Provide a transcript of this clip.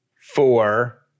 Four